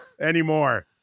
anymore